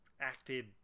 Acted